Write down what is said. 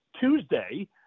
Tuesday